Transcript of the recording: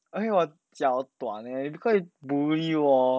因为我脚短 leh 你不可以 bully 我